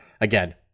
again